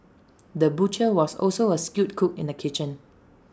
the butcher was also A skilled cook in the kitchen